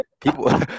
people